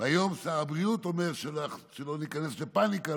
והיום שר הבריאות אומר שלא ניכנס לפניקה,